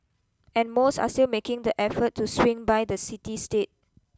and most are still making the effort to swing by the city state